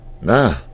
nah